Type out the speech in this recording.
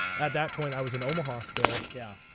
at that point, i was in omaha still. yeah.